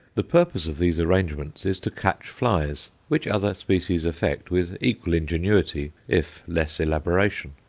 the purpose of these arrangements is to catch flies, which other species effect with equal ingenuity if less elaboration.